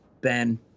Ben